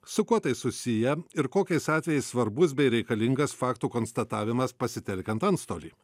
su kuo tai susiję ir kokiais atvejais svarbus bei reikalingas faktų konstatavimas pasitelkiant antstolį